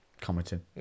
commenting